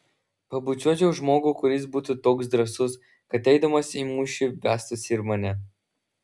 pabučiuočiau žmogų kuris būtų toks drąsus kad eidamas į mūšį vestųsi ir mane